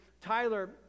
Tyler